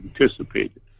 anticipated